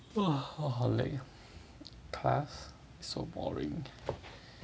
!wah! 我好累 class is so boring